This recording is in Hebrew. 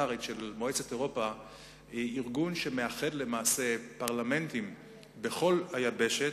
מועצת אירופה היא ארגון שמאחד למעשה פרלמנטים בכל היבשת.